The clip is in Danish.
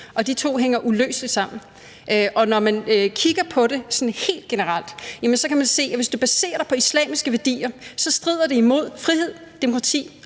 og de to hænger uløseligt sammen. Og når man kigger på det sådan helt generelt, kan man se, at hvis du baserer dig på islamiske værdier, strider det imod frihed, demokrati